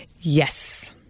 Yes